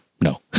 no